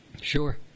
Sure